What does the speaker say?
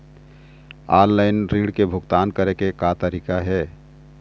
Offline ऋण के भुगतान करे के का तरीका हे?